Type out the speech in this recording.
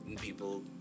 people